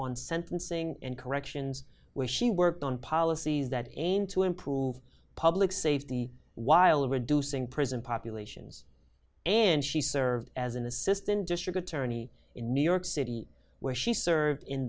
on sentencing and corrections where she worked on policies that aim to improve public safety while reducing prison populations and she served as an assistant district attorney in new york city where she